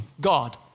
God